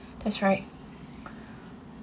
that's right